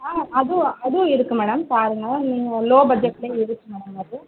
ஆ அதுவும் அதுவும் இருக்குது மேடம் பாருங்கள் நீங்கள் லோ பட்ஜெட்லேயே எடுக்கணும்